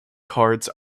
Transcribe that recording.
cards